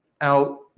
out